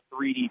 3D